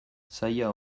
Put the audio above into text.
zaila